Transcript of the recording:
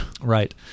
Right